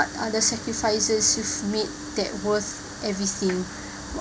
are the sacrifices you've made that worth everything